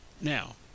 Now